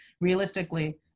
Realistically